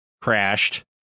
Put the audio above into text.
crashed